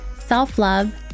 self-love